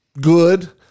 good